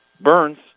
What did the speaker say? Burns